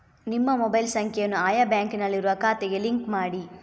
ನಿಮ್ಮ ಮೊಬೈಲ್ ಸಂಖ್ಯೆಯನ್ನು ಆಯಾ ಬ್ಯಾಂಕಿನಲ್ಲಿರುವ ಖಾತೆಗೆ ಲಿಂಕ್ ಮಾಡಿ